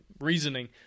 reasoning